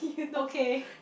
okay